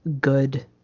good